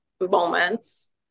moments